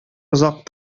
озак